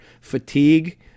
fatigue